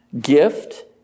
Gift